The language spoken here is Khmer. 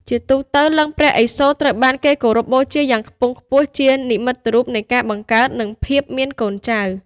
ជាពិសេស លិង្គព្រះឥសូរត្រូវបានគេគោរពបូជាយ៉ាងខ្ពង់ខ្ពស់ជានិមិត្តរូបនៃការបង្កើត និងភាពមានកូនចៅ។